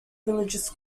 religious